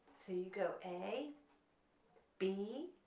so you go a b